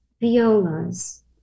violas